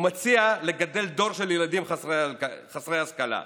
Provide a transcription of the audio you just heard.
הוא מציע לגדל דור של ילדים חסרי השכלה.